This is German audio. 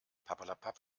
papperlapapp